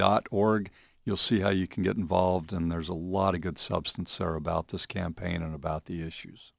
dot org you'll see how you can get involved and there's a lot of good substance or about this campaign about the issues